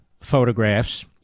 photographs